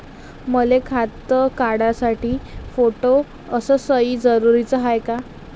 मले खातं काढासाठी फोटो अस सयी जरुरीची हाय का?